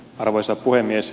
arvoisa puhemies